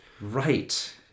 Right